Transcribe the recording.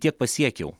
tiek pasiekiau